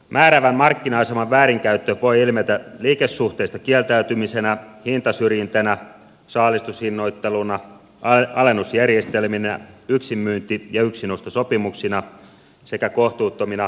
määräävän markkina aseman väärinkäyttö voi ilmetä liikesuhteesta kieltäytymisenä hintasyrjintänä saalistushinnoitteluna alennusjärjestelminä yksinmyynti ja yksinostosopimuksina sekä kohtuuttomina kauppaehtoina